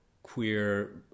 queer